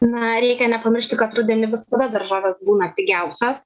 na reikia nepamiršti kad rudenį visada daržovės būna pigiausios